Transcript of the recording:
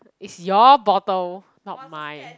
is your bottle not mine